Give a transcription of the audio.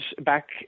back